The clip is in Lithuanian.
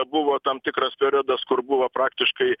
buvo tam tikras periodas kur buvo praktiškai